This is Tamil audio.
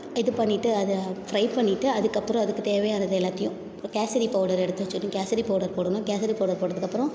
இது பண்ணிட்டு அதை ஃப்ரை பண்ணிட்டு அதுக்கப்புறம் அதுக்கு தேவையானதை எல்லாத்தையும் இப்போ கேசரி பௌடர் எடுத்து வச்சிக்கணும் கேசரி பௌடர் போடணும் கேசரி பௌடர் போட்டதுக்கப்புறம்